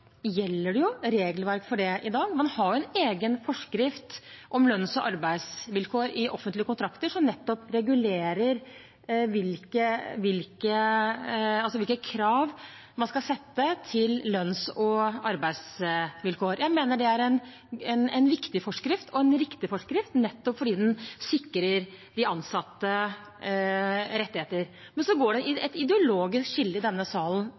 gjelder det regelverk for det i dag. Man har en egen forskrift om lønns- og arbeidsvilkår i offentlige kontrakter som nettopp regulerer hvilke krav man skal sette til lønns- og arbeidsvilkår. Jeg mener det er en viktig forskrift og en riktig forskrift nettopp fordi den sikrer de ansatte rettigheter. Men så går det et ideologisk skille i denne salen